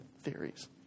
theories